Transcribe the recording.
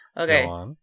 okay